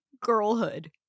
Girlhood